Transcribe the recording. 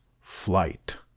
FLIGHT